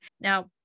Now